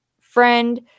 friend